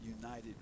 united